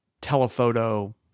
telephoto